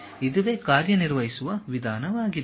ಇದುವೇ ಕಾರ್ಯನಿರ್ವಹಿಸುವ ವಿಧಾನವಾಗಿದೆ